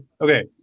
okay